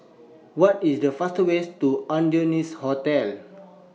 What IS The faster ways to Adonis Hotel